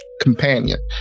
Companion